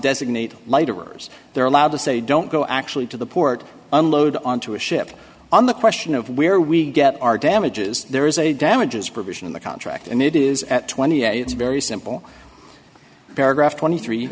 designate laborers they're allowed to say don't go actually to the port unload onto a ship on the question of where we get our damages there is a damages provision in the contract and it is at twenty eight it's very simple paragraph twenty three